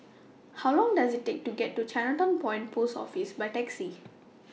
How Long Does IT Take to get to Chinatown Point Post Office By Taxi